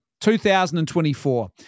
2024